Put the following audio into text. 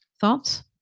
Thoughts